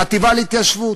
החטיבה להתיישבות.